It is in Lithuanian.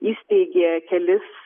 įsteigė kelis